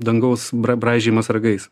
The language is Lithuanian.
dangaus bra braižymas ragais